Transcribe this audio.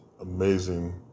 amazing